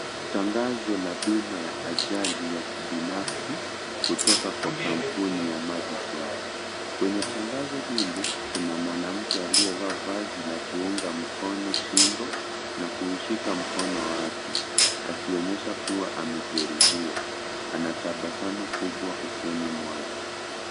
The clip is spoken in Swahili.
Tangazo ya bima ya ajali ya kibinafsi kutoka Kwa kampuni ya MADISON . Kwenye tangazo hili kuna mwanamke aliyevaa vazi la kuunga mkono, shingo na kushika mkono wake akionyesha kuwa amejeruhiwa, ana tabasamu kubwa usoni mwake.